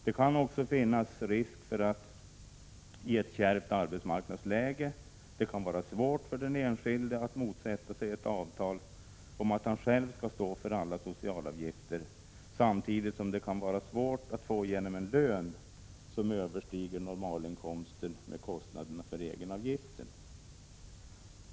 Det kan också finnas risk för att det i ett kärvt arbetsmarknadsläge kan vara svårt för den enskilde att motsätta sig ett avtal om att han själv skall stå för alla socialavgifter, samtidigt som det kan vara svårt att få igenom en lön som överstiger normalinkomsten med kostnaderna för egenavgiften.